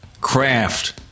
craft